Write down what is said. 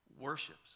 worships